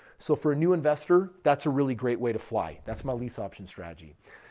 so, for a new investor, that's a really great way to fly. that's my lease option strategy.